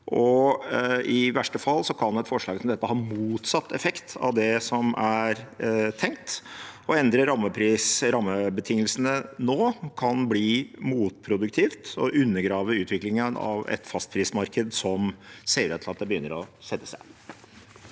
i verste fall kan et forslag som dette ha motsatt effekt av det som er tenkt. Å endre rammebetingelsene nå kan bli motproduktivt og undergrave utviklingen av et fastprismarked som ser ut til å begynne å sette seg.